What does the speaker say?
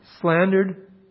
slandered